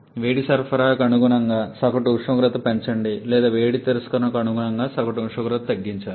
వేడి సరఫరాకు అనుగుణంగా సగటు ఉష్ణోగ్రతను పెంచండి లేదా వేడి తిరస్కరణకు అనుగుణంగా సగటు ఉష్ణోగ్రతను తగ్గించాలి